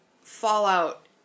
fallout